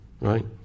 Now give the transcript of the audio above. right